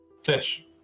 Fish